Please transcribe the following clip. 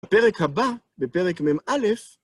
בפרק הבא, בפרק מא,